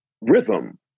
rhythm